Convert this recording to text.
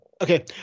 okay